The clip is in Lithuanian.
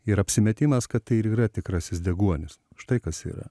ir apsimetimas kad tai ir yra tikrasis deguonis štai kas yra